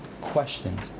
questions